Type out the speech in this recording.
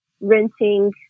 renting